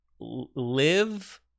Live